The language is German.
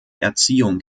erziehung